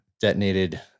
detonated